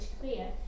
clear